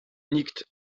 nikt